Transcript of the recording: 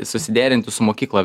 susiderinti su mokykla